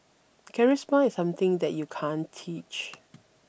Charisma is something that you can't teach